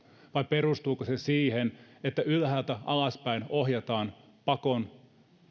vai perustuuko se siihen että ylhäältä alaspäin ohjataan pakon